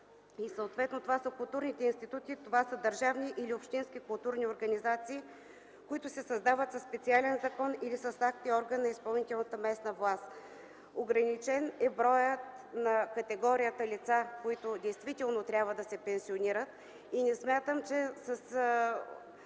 Съответно това са културните институции, това са държавни или общински културни организации, които се създават със специален закон или с акт и орган на изпълнителната местна власт. Ограничен е броят на категорията лица, които действително трябва да се пенсионират и не смятам, че с